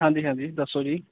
ਹਾਂਜੀ ਹਾਂਜੀ ਦੱਸੋ ਜੀ